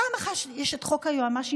פעם אחת יש את חוק היועמ"שים,